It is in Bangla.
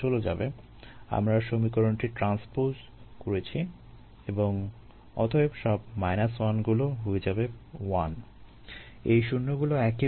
তাই আমরা সমীকরণটি ট্রান্সপোজ করেছি এবং অতএব সব 1 গুলো হয়ে যাবে 1 এই শূণ্যগুলো একই রয়ে যাবে